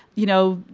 you know,